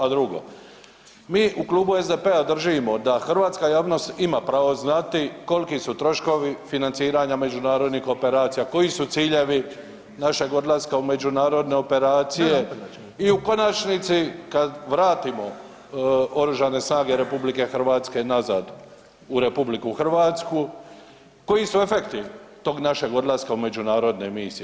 A drugo, mi u klubu SDP-a držimo da hrvatska javnost ima pravo znati koliki su troškovi financiranja međunarodnih operacija, koji su ciljevi našeg odlaska u međunarodne operacije i u konačnici kada vratimo Oružane snage RH nazad u RH koji su efekti tog našeg odlaska u međunarodne misije.